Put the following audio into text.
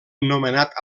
nomenat